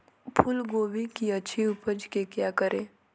फूलगोभी की अच्छी उपज के क्या करे?